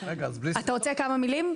אתה רוצה כמה מילים?